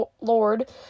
lord